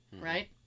right